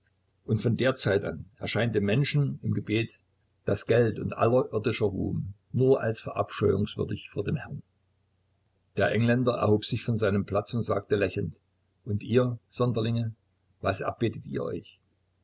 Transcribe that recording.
und von der zeit an erscheint dem menschen im gebet das geld und aller irdischer ruhm nur als verabscheuungswürdig vor dem herrn der engländer erhob sich von seinem platze und sagte lächelnd und ihr sonderlinge was erbetet ihr euch